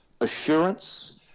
assurance